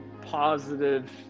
positive